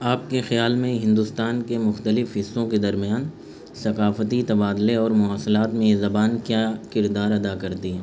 آپ کے خیال میں ہندوستان کے مختلف حصوں کے درمیان ثقافتی تبادلے اور مواصلات میں یہ زبان کیا کردار ادا کرتی ہیں